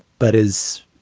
but as.